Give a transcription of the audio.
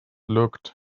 looked